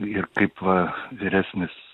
ir kaip va vyresnis